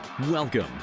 welcome